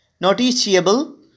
noticeable